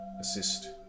assist